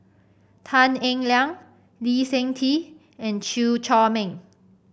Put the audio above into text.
Tan Eng Liang Lee Seng Tee and Chew Chor Meng